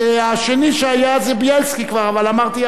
השני שהיה זה בילסקי, כבר, אבל אמרתי, עבר זמנו.